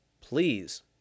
Please